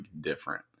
different